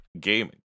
Gaming